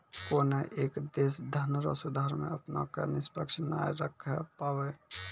कोनय एक देश धनरो सुधार मे अपना क निष्पक्ष नाय राखै पाबै